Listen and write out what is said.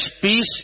peace